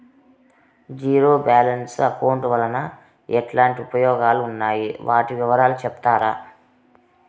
Zero balance account వలన ఎట్లాంటి ఉపయోగాలు ఉన్నాయి? వాటి వివరాలు సెప్తారా?